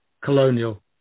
colonial